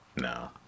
No